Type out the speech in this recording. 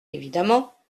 évidemment